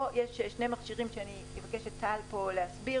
פה יש שני מכשירים שאני אבקש מטל להסביר: